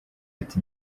ati